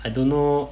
I don't know